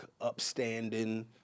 upstanding